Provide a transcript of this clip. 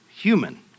human